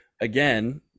again